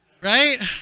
right